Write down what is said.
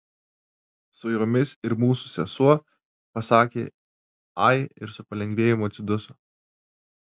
su jomis ir mūsų sesuo pasakė ai ir su palengvėjimu atsiduso